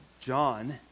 John